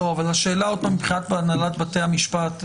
השאלה היא מבחינת הנהלת בתי המשפט.